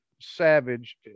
savage